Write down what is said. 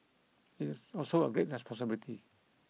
it is also a great responsibility